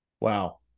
Wow